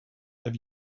have